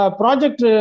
project